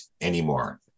anymore